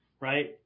right